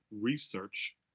research